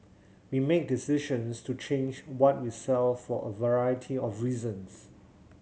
we make decisions to change what we sell for a variety of reasons